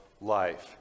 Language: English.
life